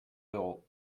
d’euros